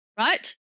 right